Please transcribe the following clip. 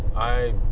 i